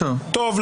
טוב,